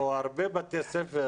או הרבה בתי-ספר,